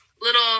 little